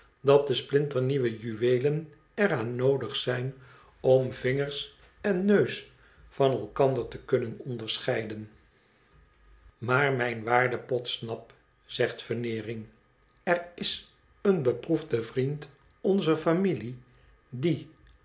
dat de splinteroieuwe juweelen er aan noodig zijn om vingers en neus van elkander te kunnen onderscheiden maar mijn waarde podsnap zeg veneering er w een beproefde vriend onzer familie die